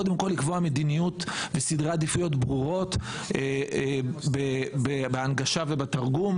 קודם כול לקבוע מדיניות וסדרי עדיפויות ברורים בהנגשה ובתרגום.